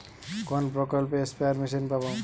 কোন প্রকল্পে spare machine পাব?